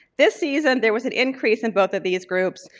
this season there was an increase in both of these groups.